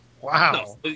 Wow